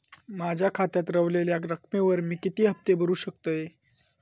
माझ्या खात्यात रव्हलेल्या रकमेवर मी किती हफ्ते भरू शकतय?